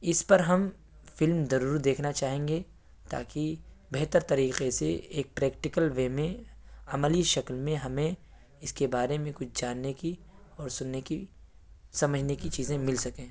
اس پر ہم فلم ضرور دیکھنا چاہیں گے تاکہ بہتر طریقے سے ایک پریکٹیکل وے میں عملی شکل میں ہمیں اس کے بارے میں کچھ جاننے کی اور سننے کی سمجھنے کی چیزیں مل سکیں